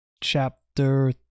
chapter